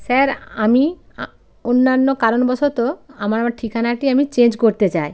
sir আমি অন্যান্য কারণবশত আমার ঠিকানাটি আমি চেঞ্জ করতে চাই